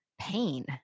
pain